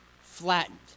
flattened